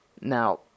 Now